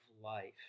life